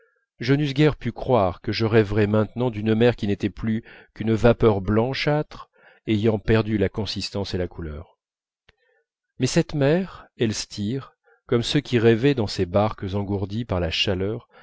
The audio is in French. je n'eusse guère pu croire que je rêverais maintenant d'une mer qui n'était plus qu'une vapeur blanchâtre ayant perdu la consistance et la couleur mais cette mer elstir comme ceux qui rêvaient dans ces barques engourdies par la chaleur